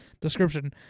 description